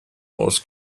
aus